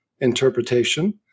interpretation